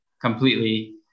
completely